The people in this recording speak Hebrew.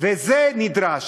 וזה נדרש.